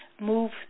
move